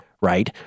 right